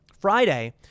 Friday